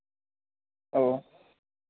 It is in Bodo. औ